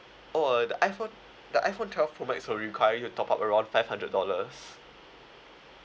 oh uh the iphone the iphone twelve pro max will require you to top up around five hundred dollars